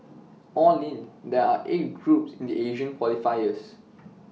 all in there are eight groups in the Asian qualifiers